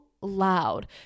loud